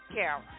Carol